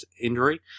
injury